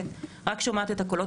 הדיונים פה